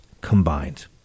combined